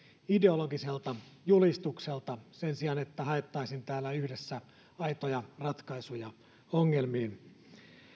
ideologiselta julistukselta sen sijaan että haettaisiin täällä yhdessä aitoja ratkaisuja ongelmiin